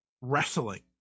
wrestling